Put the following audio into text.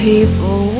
People